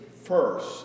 First